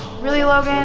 really logan?